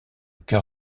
cœur